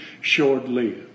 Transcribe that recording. short-lived